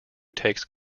takes